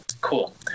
cool